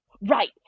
Right